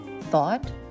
thought